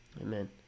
Amen